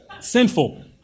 Sinful